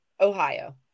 Ohio